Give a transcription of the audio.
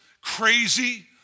crazy